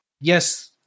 yes